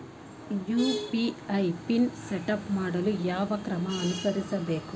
UPI PIN setup ಮಾಡಲು ಯಾವ ಕ್ರಮ ಅನುಸರಿಸಬೇಕು?